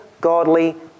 godly